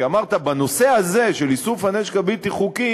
כי אמרת: בנושא הזה של איסוף הנשק הבלתי-חוקי